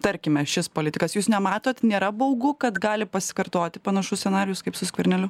tarkime šis politikas jūs nematot nėra baugu kad gali pasikartoti panašus scenarijus kaip su skverneliu